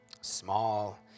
Small